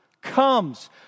comes